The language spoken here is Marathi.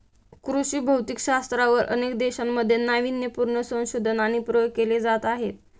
कृषी भौतिकशास्त्रावर अनेक देशांमध्ये नावीन्यपूर्ण संशोधन आणि प्रयोग केले जात आहेत